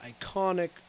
iconic